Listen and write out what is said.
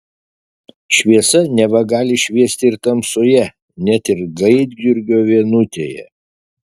šviesa neva gali šviesti ir tamsoje net ir gaidjurgio vienutėje